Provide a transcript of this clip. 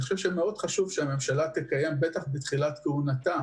אני חושב שמאוד חשוב שהממשלה תקיים בתחילת כהונתה